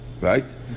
right